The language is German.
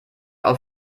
auf